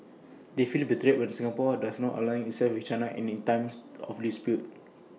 they feel betrayed when Singapore does not align itself with China in times of dispute